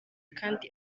kandi